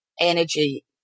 energy